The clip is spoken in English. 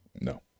No